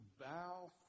bow